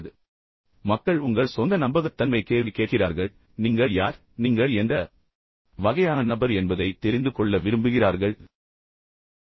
மக்கள் உங்களைப் பார்க்கிறார்கள் அவர்கள் உங்கள் சொந்த நம்பகத்தன்மையை கேள்வி கேட்கிறார்கள் நீங்கள் யார் நீங்கள் எந்த வகையான நபர் என்பதை அவர்கள் தெரிந்து கொள்ள விரும்புகிறார்கள் அது அவர்களை குழப்புகிறது